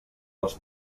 dels